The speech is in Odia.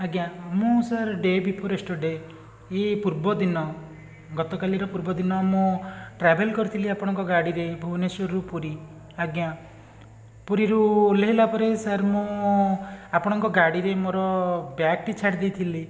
ଆଜ୍ଞା ମୁଁ sir day' before yesterday' ଏଇ ପୂର୍ବଦିନ ଗତ କାଲିର ପୂର୍ବଦିନ ମୁଁ ଟ୍ରାଭେଲ୍ କରିଥିଲି ଆପଣଙ୍କ ଗାଡ଼ିରେ ଭୁବନେଶ୍ୱରରୁ ପୁରୀ ଆଜ୍ଞା ପୁରୀରୁ ଓହ୍ଲେଇଲା ପରେ ସାର୍ ମୁଁ ଆପଣଙ୍କ ଗାଡ଼ିରେ ମୋର ବ୍ୟାଗ୍ଟି ଛାଡ଼ି ଦେଇଥିଲି